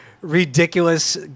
ridiculous